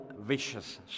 vicious